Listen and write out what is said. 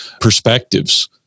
perspectives